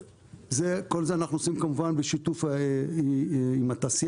זה כל זה אנחנו עושים כמובן בשיתוף עם התעשייה.